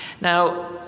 Now